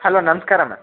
hello ನಮಸ್ಕಾರ ma'am